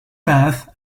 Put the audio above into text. path